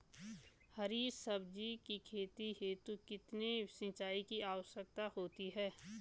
हरी सब्जी की खेती हेतु कितने सिंचाई की आवश्यकता होती है?